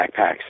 backpacks